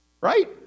Right